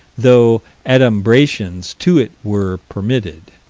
though adumbrations to it were permitted.